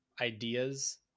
ideas